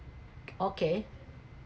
okay